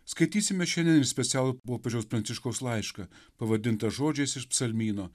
skaitysime šiandien ir specialų popiežiaus pranciškaus laišką pavadintą žodžiais iš psalmyno